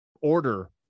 order